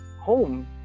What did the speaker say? home